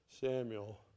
Samuel